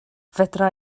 fedra